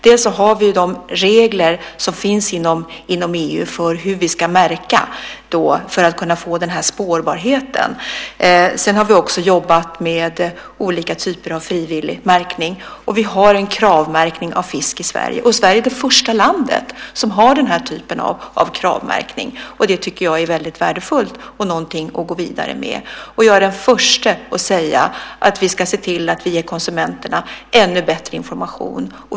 Dels har vi de regler som finns inom EU för hur vi ska märka för att kunna få spårbarhet, dels har vi jobbat med olika typer av frivillig märkning, och vi har en kravmärkning av fisk i Sverige. Sverige är det första landet som har den typen av kravmärkning. Det tycker jag är väldigt värdefullt och något att gå vidare med. Jag är den första att säga att vi ska se till att vi ger konsumenterna ännu bättre information.